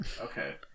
Okay